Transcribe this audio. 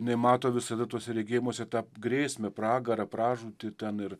jinai mato visada tuose regėjimuose tą grėsmę pragarą pražūtį ten ir